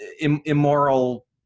immoral